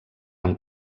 amb